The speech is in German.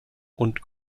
und